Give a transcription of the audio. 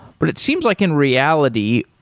but it seems like in reality,